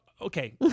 okay